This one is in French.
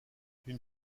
une